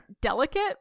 delicate